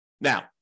Now